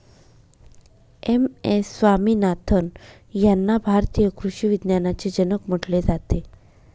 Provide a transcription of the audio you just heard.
M S Swaminathan यांना भारतीय कृषी विज्ञानाचे जनक म्हटले जाते